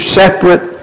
separate